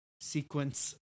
sequence